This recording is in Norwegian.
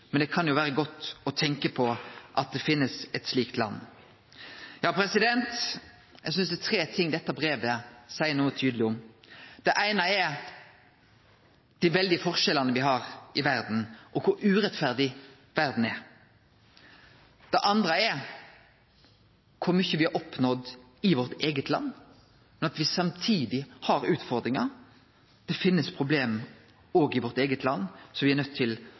Men det kan jo være godt å tenke på at det finnes et slikt land.» Eg synest det er tre ting dette brevet seier noko tydeleg om. Det eine er: Dei veldige forskjellane me har i verda, og kor urettferdig verda er. Det andre er: Kor mykje me har oppnådd i vårt eige land, men at me samtidig har utfordringar. Det finst problem òg i vårt eige land som me er nøydde til